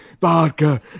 vodka